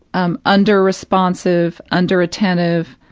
um, under-responsive, under-attentive,